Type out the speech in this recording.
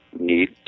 need